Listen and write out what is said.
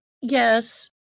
Yes